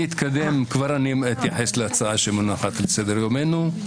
כבר אני אתייחס להצעה שמונחת על סדר-יומנו.